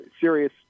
serious